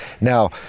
Now